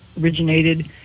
originated